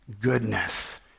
goodness